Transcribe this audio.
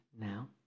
now